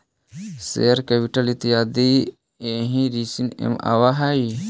share capital इत्यादि एही श्रेणी में आवऽ हई